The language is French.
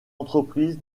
entreprise